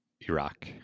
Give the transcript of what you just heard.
Iraq